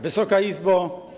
Wysoka Izbo!